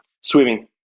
Swimming